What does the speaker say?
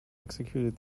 executed